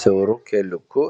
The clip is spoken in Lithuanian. siauru keliuku